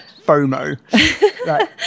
FOMO